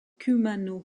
kumano